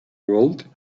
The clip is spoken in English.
world